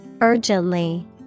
Urgently